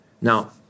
Now